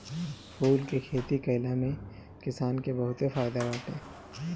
फूल के खेती कईला में किसान के बहुते फायदा बाटे